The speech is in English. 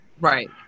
Right